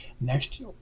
Next